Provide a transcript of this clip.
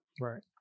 right